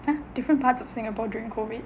!huh! different parts of singapore during COVID